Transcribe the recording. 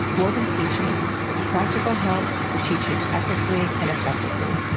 woven teaching practical help for teaching ethically and effectively.